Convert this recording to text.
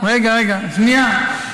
רגע, שנייה.